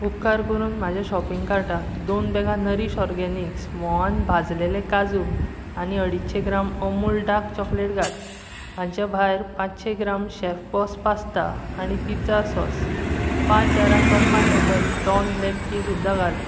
उपकार करून म्हाज्या शॉपिंग कार्टांत दोन बॅगां नरीश ऑर्गेनिक्स म्होंवान भाजलेले काजू आनी अडीचशे ग्राम अमूल डार्क चॉकलेट घाल हाचें भायर पांचशे ग्राम शेफबॉस पास्ता आनी पिझ्झा सॉस पांच जारां Karma Kettle Dawn black tea सुद्दां घाल